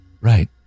right